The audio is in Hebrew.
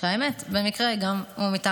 האמת, במקרה זה הוא גם מטעם